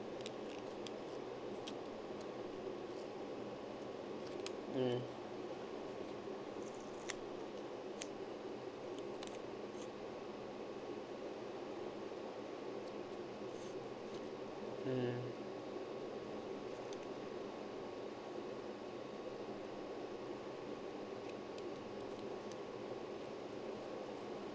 mm mm